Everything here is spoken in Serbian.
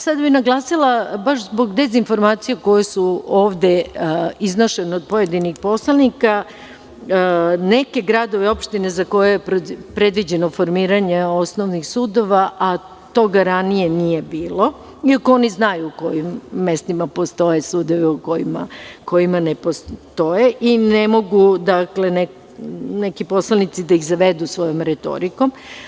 Sada bih naglasila, baš zbog dezinformacije koju su ovde iznošene od pojedinih poslanika, neke gradove i opštine za koje je predviđeno formiranje osnovnih sudova, a toga ranije nije bilo, iako oni znaju u kojim mestima postoje sudovi, a u kojima ne postoje i ne mogu dakle, neki poslanici da ih zavedu svojom retorikom.